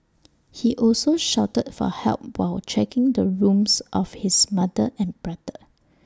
he also shouted for help while checking the rooms of his mother and brother